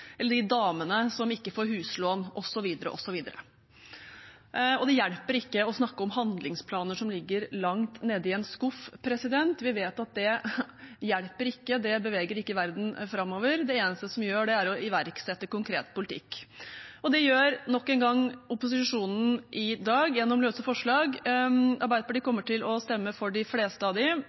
eller de damene som ikke får huslån, osv. Det hjelper ikke å snakke om handlingsplaner som ligger langt nede i en skuff. Vi vet at det hjelper ikke, det beveger ikke verden framover. Det eneste som gjør det, er å iverksette konkret politikk. Det gjør – nok en gang – opposisjonen i dag gjennom løse forslag. Arbeiderpartiet kommer til å stemme for de fleste av